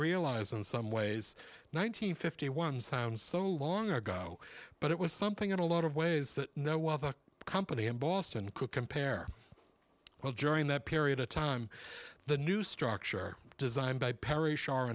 realize in some ways nine hundred fifty one sounds so long ago but it was something a lot of ways that no other company in boston could compare well during that period of time the new structure designed by parashar